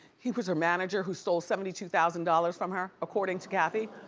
he was her manager who stole seventy two thousand dollars from her, according to kathy.